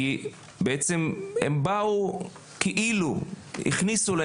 הם באו כאילו נתנו להם